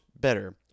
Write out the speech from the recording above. better